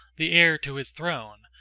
the heir to his throne,